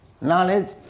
knowledge